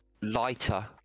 lighter